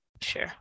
Sure